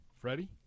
Freddie